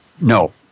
No